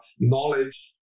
knowledge